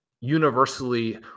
universally